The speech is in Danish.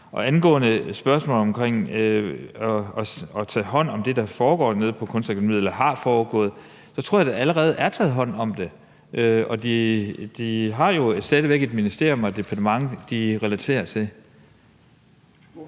Angående spørgsmålet om at tage hånd om det, der foregår eller har foregået nede på Kunstakademiet, så tror jeg, at der allerede er blevet taget hånd om det, og de har jo stadig væk et ministerium og et departement, de refererer til.